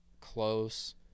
close